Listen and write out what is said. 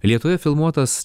lietuvoje filmuotas